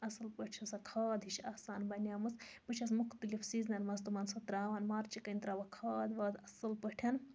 اصل پٲٹھۍ چھِ سۄ کھاد ہِش آسان بَنیٲمٕژ بہٕ چھَس مُختلِف سیٖزنَن مَنٛز تِمَن سۄ تراوان مارچہِ کَنہ تراوَکھ کھاد واد اصل پٲٹھۍ